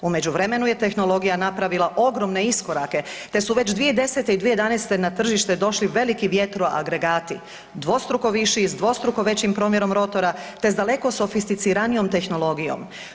U međuvremenu je tehnologija napravila ogromne iskorake te su već 2010. i 2011. na tržište došli veliki vjetroagregati dvostruko viši i s dvostruko većim promjerom rotora te s daleko sofisticiranijom tehnologijom.